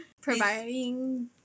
Providing